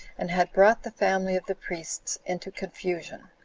and had brought the family of the priests into confusion.